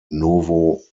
novo